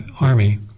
army